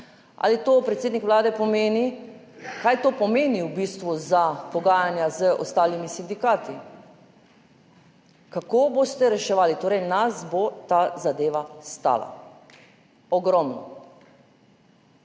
Kaj to, predsednik Vlade, pomeni v bistvu za pogajanja z ostalimi sindikati? Kako boste reševali? Torej nas bo ta zadeva stala, ogromno.